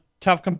tough